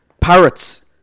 Parrots